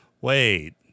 Wait